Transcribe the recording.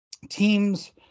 Teams